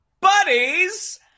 buddies